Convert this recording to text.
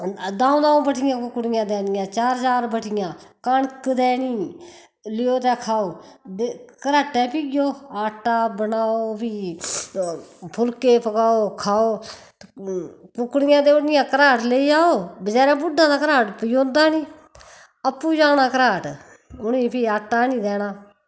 द'ऊं द'ऊं बटियां कुकड़ियां देनियां चार चार बटियां कनक देनी लेओ ते खाओ घराटैं प्हियो आटा बनाओ फ्ही फुलके पकाओ खाओ कुकड़ियां देई ओड़नियां घराट लेई जाओ बचारैं बुड्डै ता घराट पजोंदा निं अप्पु जाना घराट उनें फ्ही आटा आह्नी देना